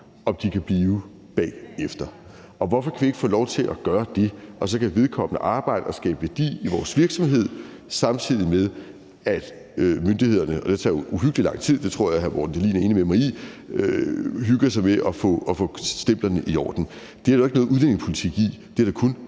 kan blive bagefter, og hvorfor kan vi ikke få lov til at gøre det? Så kan vedkommende arbejde og skabe værdi i virksomheden, samtidig med at myndighederne – og det tager uhyggelig lang tid; det tror jeg at hr. Morten Dahlin er enig med mig i – hygger sig med at få stemplerne i orden. Det er der jo ikke noget udlændingepolitik i. Det er der kun